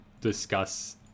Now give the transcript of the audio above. discuss